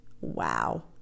Wow